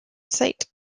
site